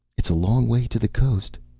it's a long way to the coast,